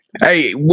Hey